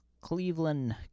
Cleveland